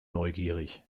neugierig